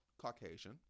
Caucasian